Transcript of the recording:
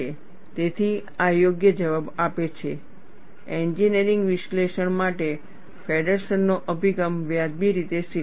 તેથી આ યોગ્ય જવાબ આપે છે એન્જિનિયરિંગ વિશ્લેષણ માટે ફેડરસનનો અભિગમ વ્યાજબી રીતે સ્વીકાર્ય છે